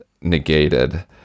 negated